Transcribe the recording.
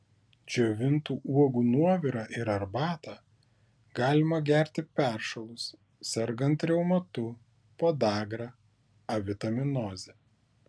džiovintų uogų nuovirą ir arbatą galima gerti peršalus sergant reumatu podagra avitaminoze